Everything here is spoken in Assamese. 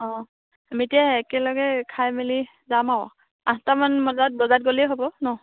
অ' আমি এতিয়া একেলগে খাই মেলি যাম আৰু আঠটামান বজাত বজাত গ'লেই হ'ব ন